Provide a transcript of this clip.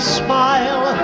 smile